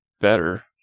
better